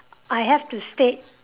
I have to stay